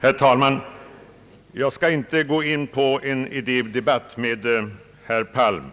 Herr talman! Jag skall inte gå in på en idédebatt med herr Palm.